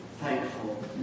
thankful